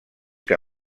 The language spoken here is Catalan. que